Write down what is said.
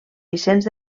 vicenç